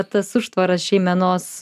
tas užtvaras šeimenos